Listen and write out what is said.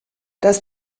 das